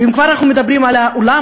ואם כבר אנחנו מדברים על העולם,